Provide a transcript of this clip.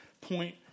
point